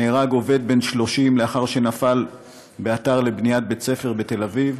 נהרג עובד בן 30 לאחר שנפל באתר לבניית בית ספר בתל אביב.